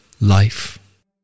life